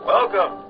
Welcome